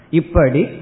ippadi